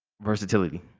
versatility